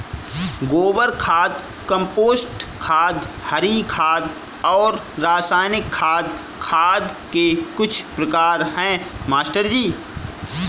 गोबर खाद कंपोस्ट खाद हरी खाद और रासायनिक खाद खाद के कुछ प्रकार है मास्टर जी